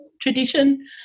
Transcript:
tradition